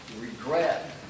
regret